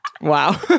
Wow